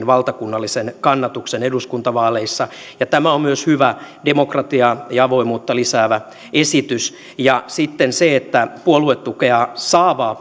valtakunnallisen kannatuksen eduskuntavaaleissa tämä on myös hyvä demokratiaa ja avoimuutta lisäävä esitys sitten se että puoluetukea saavaa